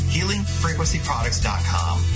HealingFrequencyProducts.com